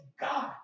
God